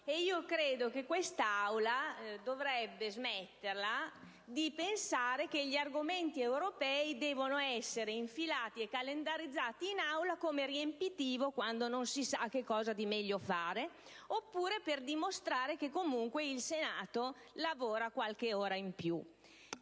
è sbagliata. Quest'Assemblea dovrebbe smettere di pensare che gli argomenti europei debbano essere inseriti e calendarizzati in Aula come riempitivo quando non si sa cosa fare di meglio, oppure per dimostrare che comunque il Senato lavora qualche ora in più.